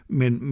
men